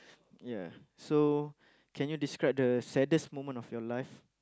ya so can you describe the saddest moment of your life